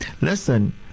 Listen